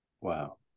Wow